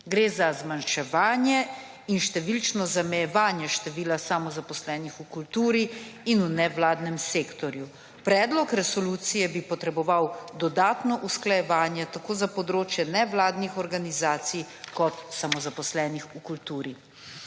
Gre za zmanjševanje in številčno zamejevanje števila samozaposlenih v kulturi in v nevladnem sektorju. Predlog resolucije bi potreboval dodatno usklajevanje tako za področje nevladnih organizacij kot samozaposlenih v kulturi.